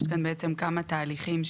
יש כאן בעצם כמה תהליכים.